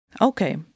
Okay